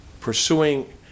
pursuing